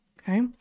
Okay